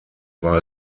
war